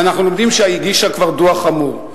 ואנחנו לומדים שהיא הגישה כבר דוח חמור,